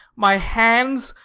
my hands,